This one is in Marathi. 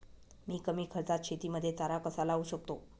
मी कमी खर्चात शेतीमध्ये चारा कसा लावू शकतो?